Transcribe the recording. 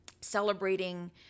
celebrating